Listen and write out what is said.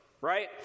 right